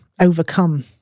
overcome